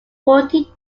forty